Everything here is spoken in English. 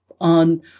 on